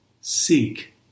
seek